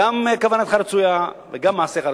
גם כוונתך רצויה וגם מעשיך רצויים.